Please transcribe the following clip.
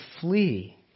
flee